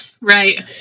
Right